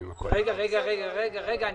לשם שינוי,